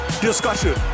discussion